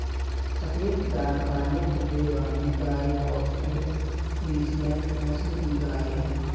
सफेद दाग काले धब्बे वाली गाय होल्सटीन फ्रिसियन नस्ल की गाय हैं